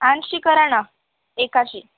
आणखी करा ना एकाशी